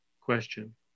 question